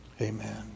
Amen